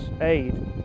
aid